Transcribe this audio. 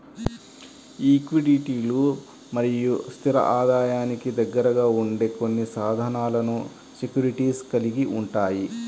ఈక్విటీలు మరియు స్థిర ఆదాయానికి దగ్గరగా ఉండే కొన్ని సాధనాలను సెక్యూరిటీస్ కలిగి ఉంటాయి